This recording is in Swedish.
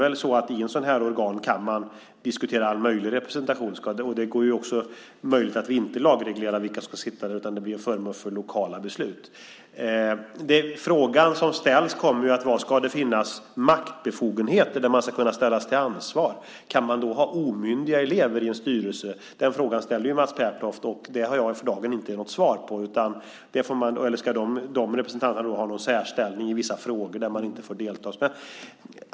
Man kan diskutera all möjlig representation i ett sådant här organ, och det är möjligt att vi inte lagreglerar vilka som ska sitta där utan att det blir föremål för lokala beslut. Frågan som ställs kommer ju att vara: Kan man ha omyndiga elever i en styrelse om det ska finnas maktbefogenheter och om man ska kunna ställas till ansvar? Den frågan ställer ju Mats Pertoft, och jag har för dagen inte något svar. Eller ska de representanterna ha någon särställning i vissa frågor där de inte får delta?